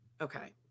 okay